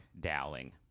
Dowling